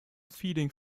feeding